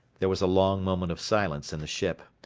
there was a long moment of silence in the ship.